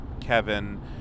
Kevin